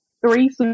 three